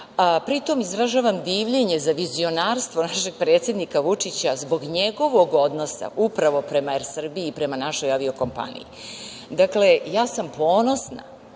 pri tom izražavam divljenje za vizionarstvo našeg predsednika Vučića zbog njegovog odnosa, upravo prema „Er Srbiji“, prema našoj avio kompaniji. Dakle, ja sam ponosna